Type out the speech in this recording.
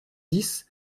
dix